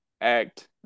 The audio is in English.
act